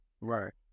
Right